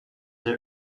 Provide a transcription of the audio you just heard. they